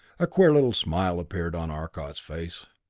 a queer little smile appeared on arcot's face.